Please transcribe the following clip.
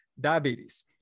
diabetes